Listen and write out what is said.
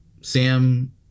Sam